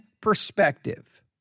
perspective